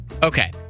Okay